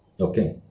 Okay